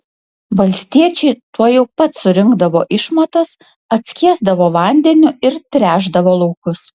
valstiečiai tuojau pat surinkdavo išmatas atskiesdavo vandeniu ir tręšdavo laukus